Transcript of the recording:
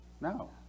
no